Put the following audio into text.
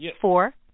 four